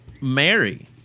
Mary